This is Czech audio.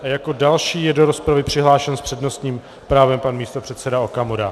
Jako další je do rozpravy přihlášen s přednostním právem pan místopředseda Okamura.